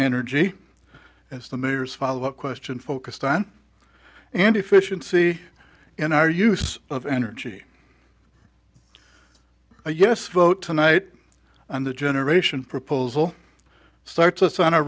energy as the mayor's follow up question focused on and efficiency in our use of energy a yes vote tonight on the generation proposal starts us on a